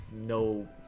no